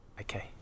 Okay